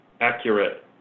accurate